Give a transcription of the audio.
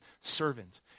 servant